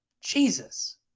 Jesus